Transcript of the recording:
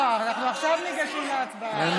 לא הייתה הצבעה, הלו, הלו.